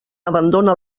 abandona